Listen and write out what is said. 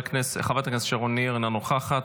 חברת הכנסת שרון ניר, אינה נוכחת.